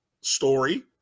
story